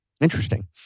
Interesting